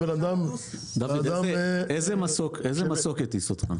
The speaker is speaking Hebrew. דוד, איזה מסוק הטיס אותך?